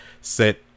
set